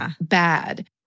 bad